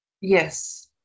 Yes